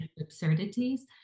absurdities